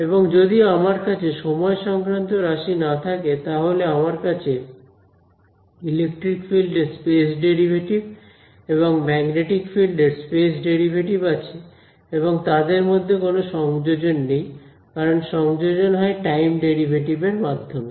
এবং যদি আমার কাছে সময় সংক্রান্ত রাশি না থাকে তাহলে আমার কাছে ইলেকট্রিক ফিল্ডের স্পেস ডেরিভেটিভ এবং ম্যাগনেটিক ফিল্ডের স্পেস ডেরিভেটিভ আছে এবং তাদের মধ্যে কোন সংযোজন নেই কারণ সংযোজন হয় টাইম ডেরিভেটিভ এর মাধ্যমে